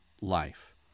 life